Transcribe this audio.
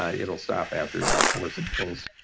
ah it'll stop after about four cycles.